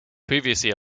previously